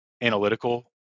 analytical